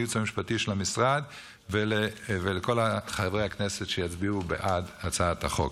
לייעוץ המשפטי של המשרד ולכל חברי הכנסת שיצביעו בעד הצעת החוק.